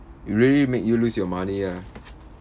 really make you lose your money ah